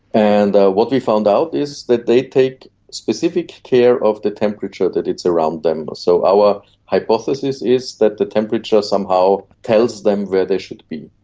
and what we found out is that they take specific care of the temperature that is around them. so our hypothesis is that the temperature somehow tells them where they should be.